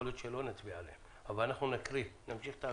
יכול להיות שלא נצביע עליהן אבל אנחנו נמשיך את ההקראה.